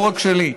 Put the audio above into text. לא רק שלי,